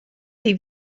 des